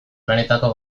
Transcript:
planetako